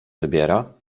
wybiera